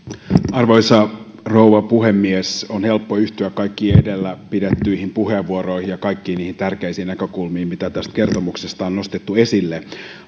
arvoisa rouva puhemies on helppo yhtyä kaikkiin edellä pidettyihin puheenvuoroihin ja kaikkiin niihin tärkeisiin näkökulmiin mitä tästä kertomuksesta on nostettu esille